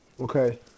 Okay